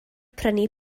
prynu